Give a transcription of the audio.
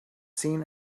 seen